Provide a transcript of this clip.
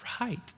right